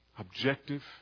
Objective